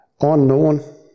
unknown